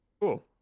Cool